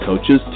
coaches